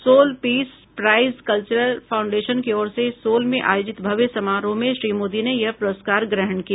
soul peace prize cultural foundation की ओर से सोल में आयोजित भव्य समारोह में श्री मोदी ने यह पुरस्कार ग्रहण किया